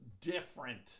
different